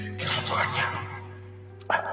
California